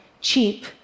cheap